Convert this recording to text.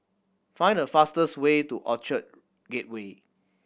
find the fastest way to Orchard Gateway